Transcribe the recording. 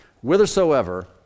whithersoever